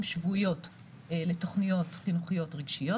שבועיות לתוכניות חינוכיות רגשיות.